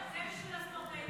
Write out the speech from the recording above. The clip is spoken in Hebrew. --- הוא המייצג של הספורטאים שלנו.